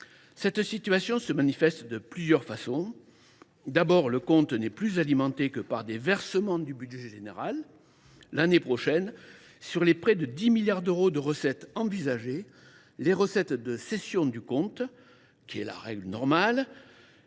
Cette situation se manifeste de plusieurs façons. Tout d’abord, le CAS n’est plus alimenté que par des versements du budget général. L’année prochaine, près de 10 milliards d’euros de recettes sont envisagés, mais les recettes de cession du compte, c’est à dire les